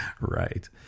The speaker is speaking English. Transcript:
Right